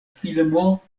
filmo